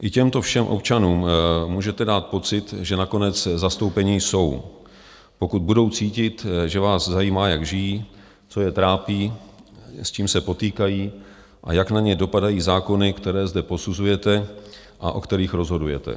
I těmto všem občanům můžete dát pocit, že nakonec zastoupeni jsou, pokud budou cítit, že vás zajímá, jak žijí, co je trápí, s čím se potýkají a jak na ně dopadají zákony, které zde posuzujete a o kterých rozhodujete.